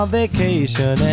vacation